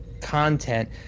content